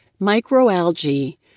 microalgae